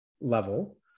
level